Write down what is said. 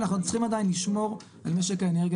אנחנו צריכים עדיין לשמור על משק האנרגיה